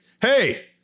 hey